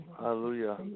Hallelujah